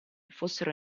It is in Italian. fossero